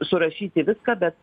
surašyti viską bet